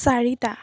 চাৰিটা